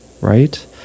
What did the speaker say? right